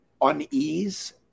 unease